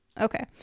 Okay